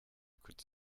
could